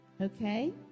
okay